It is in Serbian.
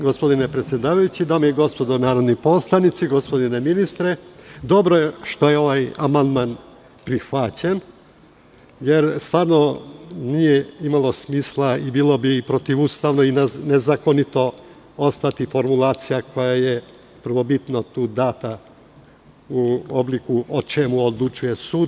Gospodine predsedavajući, dame i gospodo narodni poslanici, gospodine ministre, dobro je što je ovaj amandman prihvaćen, jer nije imalo smisla i bilo bi protivustavno i nezakonito da je ostala formulacija koja je prvobitno data u obliku o čemu odlučuje sud.